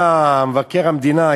מבקר המדינה,